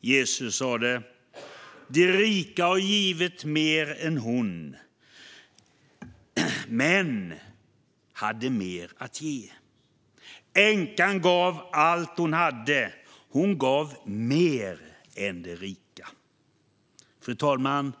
Jesus sa: De rika har givit mer än hon, men hade mer att ge. Änkan gav allt hon hade. Hon gav mer än de rika. Fru talman!